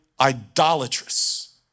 idolatrous